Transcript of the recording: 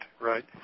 right